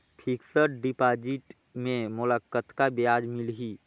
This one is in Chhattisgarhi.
फिक्स्ड डिपॉजिट मे मोला कतका ब्याज मिलही?